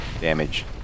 damage